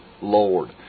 Lord